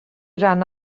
ran